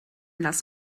las